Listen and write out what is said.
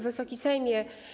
Wysoki Sejmie!